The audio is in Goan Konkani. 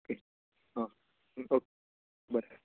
ऑके हां ब बरें